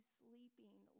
sleeping